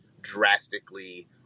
drastically